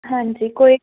ਹਾਂਜੀ ਕੋਈ